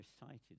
recited